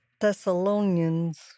Thessalonians